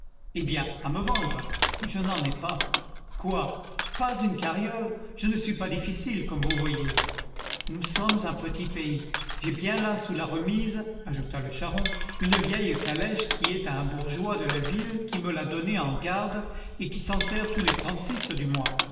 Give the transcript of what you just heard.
eh bien à me vendre je n'en ai pas quoi pas une carriole je ne suis pas difficile comme vous voyez nous sommes un petit pays j'ai bien là sous la remise ajouta le charron une vieille calèche qui est à un bourgeois de la ville qui me l'a donnée en garde et qui s'en sert tous les trente-six du mois